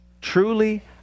truly